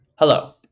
Hello